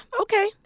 okay